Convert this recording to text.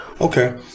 Okay